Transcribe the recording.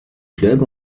club